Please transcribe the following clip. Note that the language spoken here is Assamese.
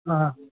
অঁ